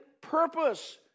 purpose